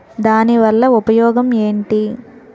దాని వల్ల ఉపయోగం ఎంటి?